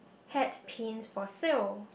hat paint for sale